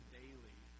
daily